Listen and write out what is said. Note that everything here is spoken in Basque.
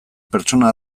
pertsona